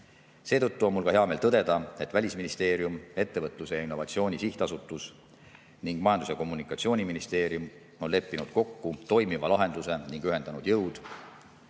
Seetõttu on mul ka hea meel tõdeda, et Välisministeerium, Ettevõtluse ja Innovatsiooni Sihtasutus ning Majandus- ja Kommunikatsiooniministeerium on leppinud kokku toimiva lahenduse ning ühendanud jõud,